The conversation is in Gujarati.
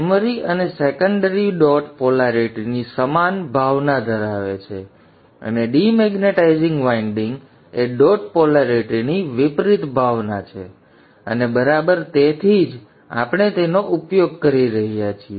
પ્રાઇમરી અને સેકન્ડરી ડોટ પોલેરિટીની સમાન ભાવના ધરાવે છે અને ડિમેગ્નેટાઇઝિંગ વાઇન્ડિંગ એ ડોટ પોલેરિટીની વિપરીત ભાવના છે અને બરાબર તેથી જ આપણે તેનો ઉપયોગ કરી રહ્યા છીએ